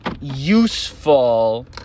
useful